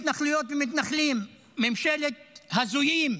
ממשלת התנחלויות ומתנחלים, ממשלת הזויים.